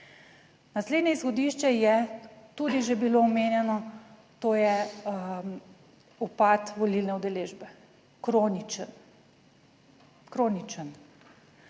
Naslednje izhodišče je tudi že bilo omenjeno, to je upad volilne udeležbe, kroničen, kroničen.